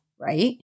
right